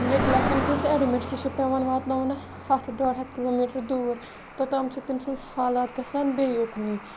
ییٚتہِ لیٚکھَن کٲنٛسہِ ایٚڈمِٹ سُہ چھُ پیٚوان واتناوُن اَسہِ ہتھ ڈۄڈ ہتھ کِلو میٹر دور توٚتام چھِ تٔمۍ سٕنٛز حالَات گَژھان بیٚیہِ اُکنٕے